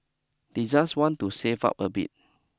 they just want to save up a bit